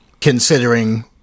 considering